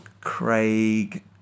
Craig